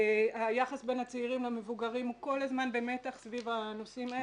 היחס בין הצעירים למבוגרים הוא כל הזמן במתח סביב הנושאים האלה.